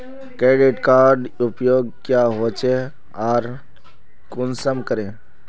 Credit कार्डेर उपयोग क्याँ होचे आर कुंसम करे?